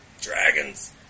Dragons